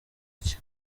iki